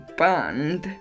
band